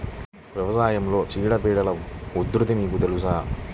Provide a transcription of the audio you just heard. వ్యవసాయంలో చీడపీడల ఉధృతి మీకు తెలుసా?